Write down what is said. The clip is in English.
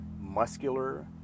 muscular